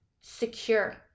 secure